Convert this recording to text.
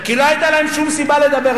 כי לא היתה להם שום סיבה לדבר,